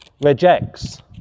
rejects